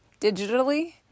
digitally